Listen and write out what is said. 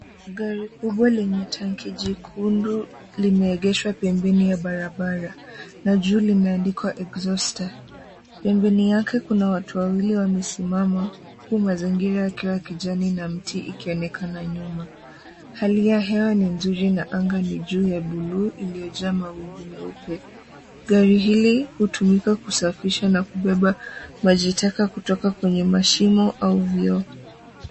Gari kubwa lenye tanki jekundu limeegeshwa pembeni ya barabara na juu limeandikwa exhauster . Pembeni yake kuna watu wawili wamesimama, huku mazingira yakiwa ya kijani na mti ikionekana nyuma. Hali ya hewa ni nzuri na anga ni juu ya bluu iliyojaa mawingu meupe. Gari hili hutumika kusafisha na kubeba maji taka kutoka kwenye mashimo au vyoo.